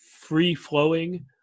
free-flowing